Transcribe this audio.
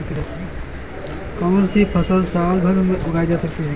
कौनसी फसल साल भर उगाई जा सकती है?